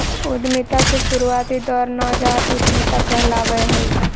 उद्यमिता के शुरुआती दौर नवजात उधमिता कहलावय हय